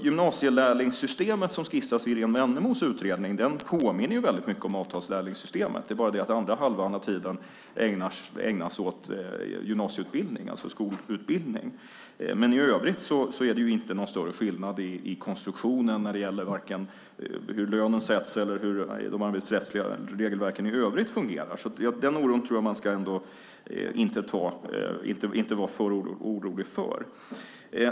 Gymnasielärlingssystemet, som skissas upp i Irene Wennemos utredning, påminner väldigt mycket om avtalslärlingssystemet. Det är bara det att andra halvan av tiden ägnas åt gymnasieutbildning, alltså skolutbildning. Men i övrigt är det inte någon större skillnad i konstruktionen när det gäller vare sig hur lönen sätts eller hur de arbetsrättsliga regelverken i övrigt fungerar. Detta tycker jag inte att man ska vara för orolig för.